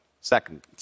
Second